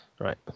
Right